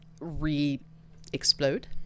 re-explode